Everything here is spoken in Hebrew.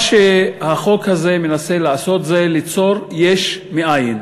מה שהחוק הזה מנסה לעשות זה ליצור יש מאין.